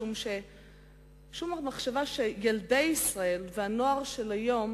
משום המחשבה שילדי ישראל והנוער של היום